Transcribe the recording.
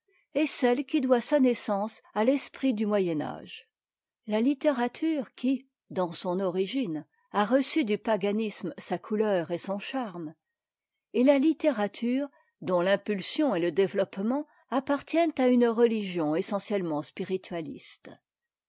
et celle qui doit sa naissance à l'esprit du moyen âge la littérature qui dans son origine a reçn du paganisme sa couleur et son charme et a littérature'dont l'impulsion et le développement appartiennent une religion essentiellement spiritualiste